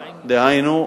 דהיינו,